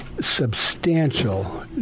substantial